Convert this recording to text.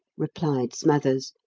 replied smathers,